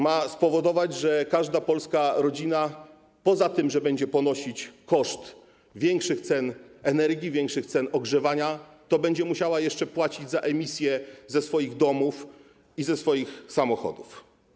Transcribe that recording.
Ma spowodować, że każda polska rodzina poza tym, że będzie ponosić koszt większych cen energii, większych cen ogrzewania, to będzie jeszcze musiała płacić za emisję ze swoich domów i ze swoich samochodów.